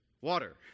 water